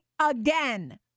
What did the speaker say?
again